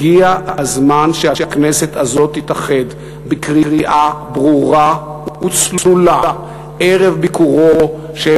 הגיע הזמן שהכנסת הזאת תתאחד בקריאה ברורה וצלולה ערב ביקורו של